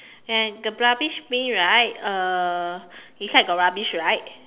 and the rubbish bin right uh inside got rubbish right